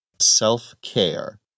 Self-care